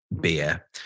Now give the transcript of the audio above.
beer